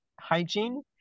hygiene